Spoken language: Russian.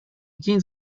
день